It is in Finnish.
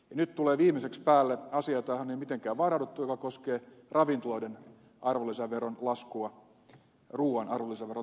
nyt tulee viimeiseksi päälle asia johon ei ole mitenkään varauduttu ja joka koskee ravintoloiden arvonlisäveron laskua ruoan arvonlisäveron tasolle